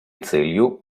целью